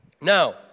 Now